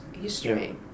history